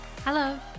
Hello